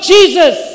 Jesus